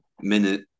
minute